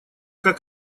как